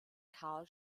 karl